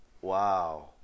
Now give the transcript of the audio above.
Wow